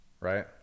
Right